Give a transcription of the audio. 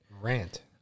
Rant